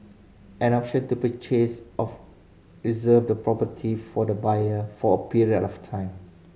an option to purchase of reserve the property for the buyer for a period of time